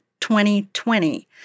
2020